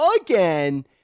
Again